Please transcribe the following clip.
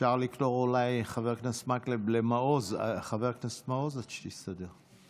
אפשר לקרוא אולי לחבר הכנסת מעוז עד שתסתדר.